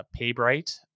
PayBright